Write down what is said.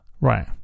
Right